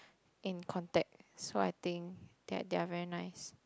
in contact so I think that they are very nice